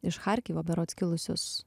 iš charkivo berods kilusios